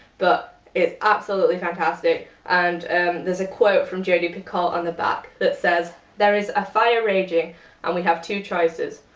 but it's absolutely fantastic and there's a quote from jodi picoult on the back that says there is a fire raging and we have two choices.